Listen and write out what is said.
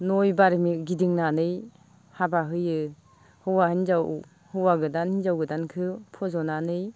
नौ बार गिदिंनानै हाबा होयो हौवा हिन्जाव हौवा गोदान हिन्जाव गोदानखौ फजनानै